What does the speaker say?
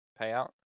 payout